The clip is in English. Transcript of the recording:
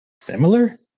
Similar